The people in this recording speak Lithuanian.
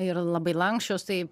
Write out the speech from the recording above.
ir labai lanksčios tai